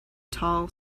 tall